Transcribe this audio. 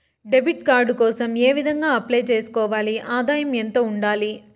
Debit card కోసం ఏ విధంగా అప్లై సేసుకోవాలి? ఆదాయం ఎంత ఉండాలి?